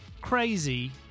crazy